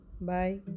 Bye